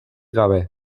gabe